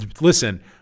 Listen